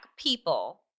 people